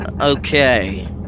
okay